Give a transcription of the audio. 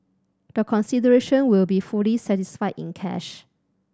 the consideration will be fully satisfied in cash